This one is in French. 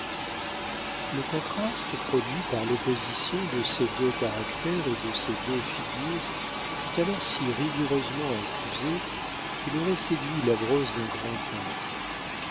le contraste produit par l'opposition de ces deux caractères et de ces deux figures fut alors si vigoureusement accusé qu'il aurait séduit la brosse d'un grand peintre